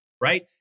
right